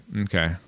Okay